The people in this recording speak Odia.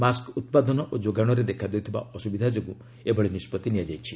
ମାସ୍କ ଉତ୍ପାଦନ ଓ ଯୋଗାଣରେ ଦେଖାଦେଉଥିବା ଅସୁବିଧା ଯୋଗୁଁ ଏହି ନିଷ୍କଭି ନିଆଯାଇଛି